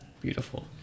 beautiful